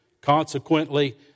Consequently